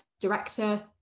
director